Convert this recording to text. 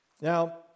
Now